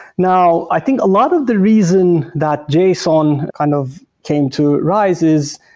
now, i think a lot of the reason that json kind of came to rise is,